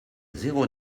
zéro